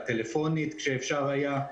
טלפונית כשאפשר היה,